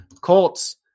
Colts